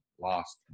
lost